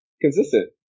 consistent